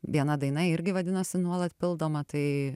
viena daina irgi vadinosi nuolat pildoma tai